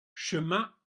chemin